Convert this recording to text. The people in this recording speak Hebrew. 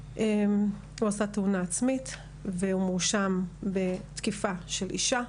שהוא עשה תאונה עצמית והוא מואשם בתקיפה של אישה,